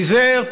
פיזר,